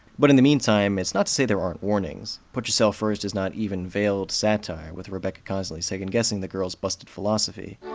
but in the meantime, it's not to say there aren't warnings put yourself first is not even veiled satire, with rebecca constantly second-guessing the girls' busted philosophy.